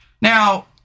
Now